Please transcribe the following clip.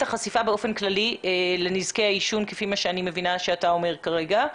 החשיפה באופן כללי לנזקי העישון כפי שאני מבינה שאתה אומר כרגע.